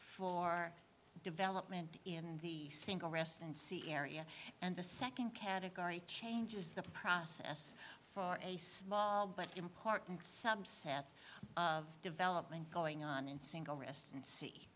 for development in the single rest and sea area and the second category changes the process for a small but important subset of development going on in single rest and